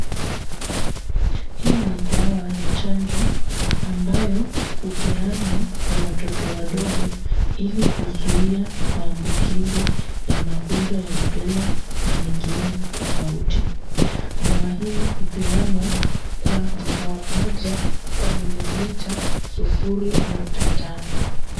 Hii ni dawa ya chanjo ambayo hupeanwa kwa watoto wadogo, ili kuzuia maambukizi ya magonjwa wa rubela na mengine tofauti. Dawa hii hupeanwa kwa mkao mmoja kwa milimita sufuri nukta tano.